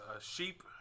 sheep